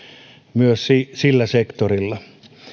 myös sillä sektorilla